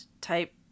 type